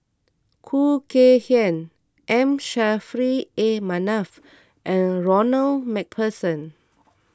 Khoo Kay Hian M Saffri A Manaf and Ronald MacPherson